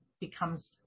becomes